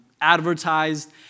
advertised